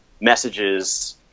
messages